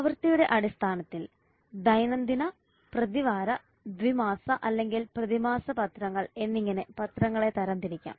ആവൃത്തിയുടെ അടിസ്ഥാനത്തിൽ ദൈനംദിന പ്രതിവാര ദ്വിമാസ അല്ലെങ്കിൽ പ്രതിമാസ പത്രങ്ങൾ എന്നിങ്ങനെ പത്രങ്ങളെ തരം തിരിക്കാം